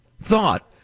thought